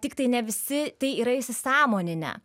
tiktai ne visi tai yra įsisąmoninę